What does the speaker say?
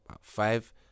Five